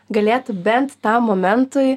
galėtų bent tam momentui